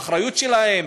האחריות שלהם,